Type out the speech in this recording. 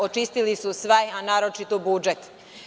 Očistili su sve, a naročito budžet.